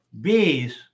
B's